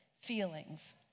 feelings